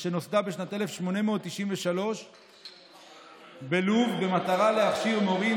שנוסדה בשנת 1893 בלוב במטרה להכשיר מורים,